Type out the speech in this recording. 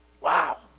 Wow